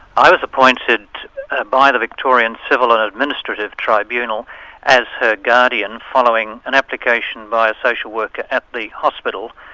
i was appointed by the victorian civil and administrative tribunal as her guardian following an application by a social worker at the hospital.